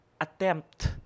attempt